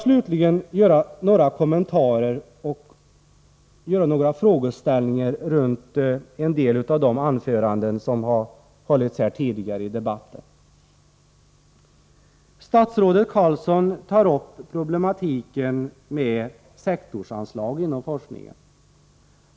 Slutligen vill jag göra några kommentarer och ställa några frågor med anledning av en del av de anföranden som har hållits tidigare i debatten. Statsrådet Carlsson tar upp problematiken med sektorsanslag inom forskningen.